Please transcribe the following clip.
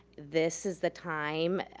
this is the time,